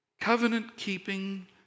covenant-keeping